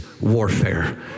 warfare